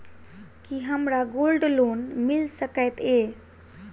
की हमरा gold loan मिल सकैत ये?